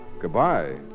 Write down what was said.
Goodbye